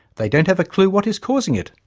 they don't have a clue what is causing it,